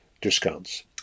discounts